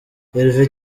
herve